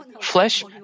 flesh